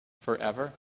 forever